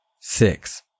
six